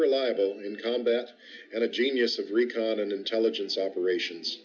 reliable in combat and a genius of reconning intelligence operations